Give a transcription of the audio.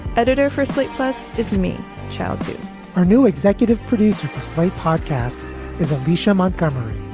editor for slate. plus it's me child to our new executive producer for slate podcast is alicia montgomery.